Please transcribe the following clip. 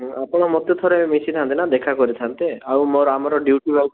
ଆପଣ ମୋତେ ଥରେ ମିଶିଥାନ୍ତେ ନା ଦେଖା କରିଥାନ୍ତେ ଆଉ ଆମର ଡ୍ୟୁଟି